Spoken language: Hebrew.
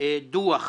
דווח